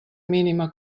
mínima